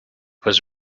was